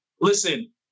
listen